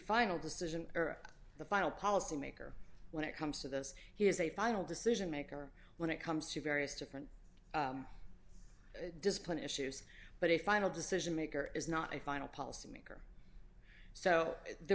final decision or the final policy maker when it comes to this he has a final decision maker when it comes to various different discipline issues but a final decision maker is not a final policy maker so there